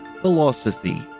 Philosophy